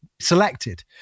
selected